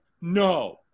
No